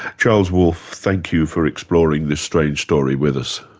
charles wolfe, thank you for exploring this strange story with us.